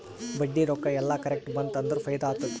ಬಡ್ಡಿ ರೊಕ್ಕಾ ಎಲ್ಲಾ ಕರೆಕ್ಟ್ ಬಂತ್ ಅಂದುರ್ ಫೈದಾ ಆತ್ತುದ್